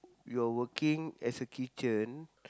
you're working as a kitchen